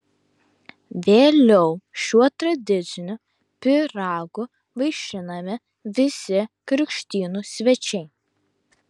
vėliau šiuo tradiciniu pyragu vaišinami visi krikštynų svečiai